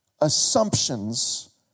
assumptions